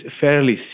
fairly